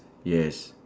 yes